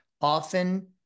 often